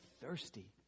thirsty